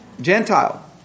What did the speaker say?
Gentile